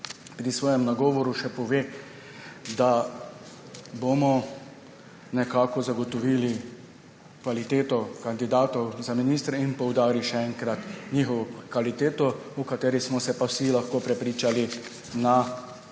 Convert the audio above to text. pri svojem nagovoru še pove, da bodo zagotovili kvaliteto kandidatov za ministre, in poudari še enkrat njihovo kvaliteto, o kateri smo se pa vsi lahko prepričali na